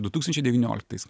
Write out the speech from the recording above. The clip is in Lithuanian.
du tūkstančiai devynioliktais